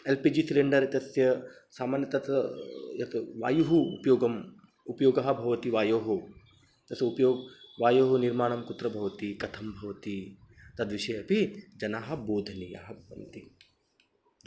L P G cylinder इत्यस्य सामान्यं तत् यत् वायुः उपयोगः उपयोगः भवति वायोः तस्य उपयोगः वायोः निर्माणं कुत्र भवति कथं भवति तद्विषये अपि जनाः बोधनीयाः भवन्ति